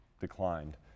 declined